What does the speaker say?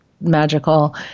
magical